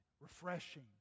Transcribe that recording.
refreshing